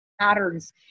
patterns